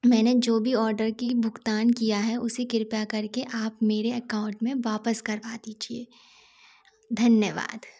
मैंने जो भी ऑडर की भुगतान किया है उसे कृपया करके आप मेरे एकाउंट में वापस करवा दीजिए धन्यवाद